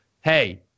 hey